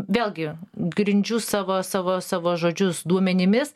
vėlgi grindžiu savo savo savo žodžius duomenimis